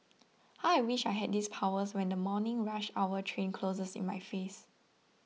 how I wish I had these powers when the morning rush hour train closes in my face